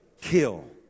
Kill